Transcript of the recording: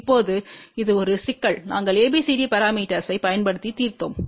இப்போது இது ஒரு சிக்கல் நாங்கள் ABCD பரமீட்டர்ஸ்வைப் பயன்படுத்தி தீர்த்தோம்